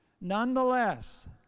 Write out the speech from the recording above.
Nonetheless